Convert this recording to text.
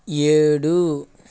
ఏడు